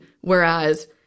Whereas